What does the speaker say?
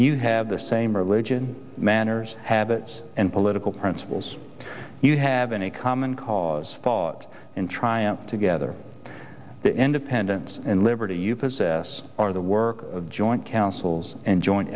you have the same religion manners habits and political principles you have any common cause thought in triumph together the independence and liberty you possess are the work of joint counsels and joint